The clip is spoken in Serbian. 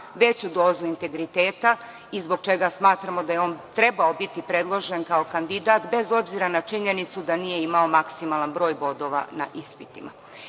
veću dozu integriteta i zbog čega smatramo da je on trebao biti predložen kao kandidat, bez obzira na činjenicu da nije imao maksimalan broj bodova na ispitima. Još